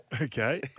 Okay